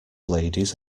ladies